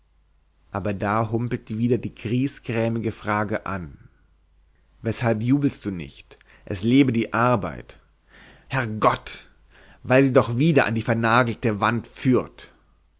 aber da humpelt wieder die griesgrämige frage an weshalb jubelst du nicht es lebe die arbeit herrgott weil sie doch wieder an die vernagelte wand führt